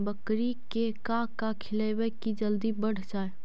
बकरी के का खिलैबै कि जल्दी बढ़ जाए?